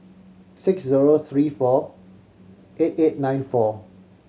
six zero three four eight eight nine four